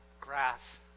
grass